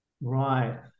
Right